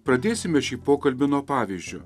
pradėsime šį pokalbį nuo pavyzdžio